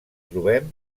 trobem